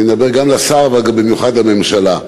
אני מדבר גם אל השר, ובמיוחד אל הממשלה.